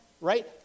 Right